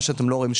מה שאתם לא רואים,